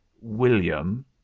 William